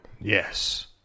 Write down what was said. Yes